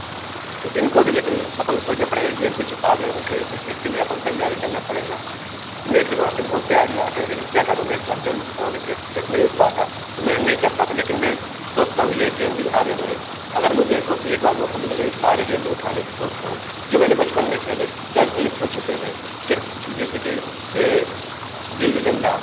इनको भी लेकिन अपन को सोचना पड़ेगा यह भी कुछ आगे उठें कुछ इसके लिए अपन को तैयारी करना पड़ेगा मेरे दिमाग में बहुत से आइडिया आते हैं लेकिन क्या करूँ मैं एक माध्यम और इस इतने ही पाता तो मैं नहीं कर पाता लेकिन मैं सोचता हूँ यह गेम भी आगे बढ़े अगर मुझे एक और एक बार मौका मिले यह सारे गेम मैं उठाने की सोचता हूँ जो मैंने बचपन में खेले जो आज विलुप्त हो चुके हैं जैसे कि गिल्ली डंडा